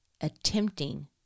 attempting